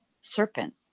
serpent